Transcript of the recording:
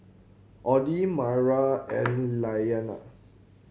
Audie Mayra and Iyana